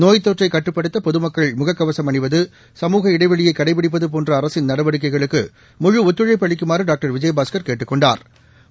நோய்த்தொற்றை கட்டுப்படுத்த பொதுமக்கள் முகக்கவசம் அணிவது சமூக இடைவெளியை கடைபிடிப்பது போன்ற அரசின் நடவடிக்கைகளுக்கு முழு ஒத்துழைப்பு அளிக்குமாறு அவா் கேட்டுக் கொண்டாா்